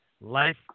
Life